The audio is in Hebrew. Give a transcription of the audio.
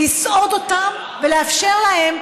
לסעוד אותם ולאפשר להם,